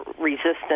resistant